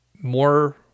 more